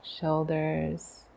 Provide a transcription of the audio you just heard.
shoulders